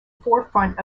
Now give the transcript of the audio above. forefront